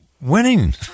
winning